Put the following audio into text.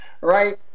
Right